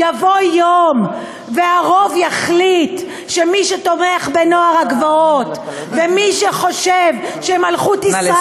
יבוא יום והרוב יחליט שמי שתומך בנוער הגבעות ומי שחושב שמלכות ישראל,